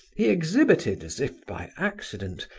he exhibited, as if by accident,